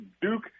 Duke